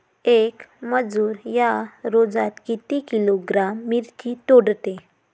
येक मजूर या रोजात किती किलोग्रॅम मिरची तोडते?